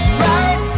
right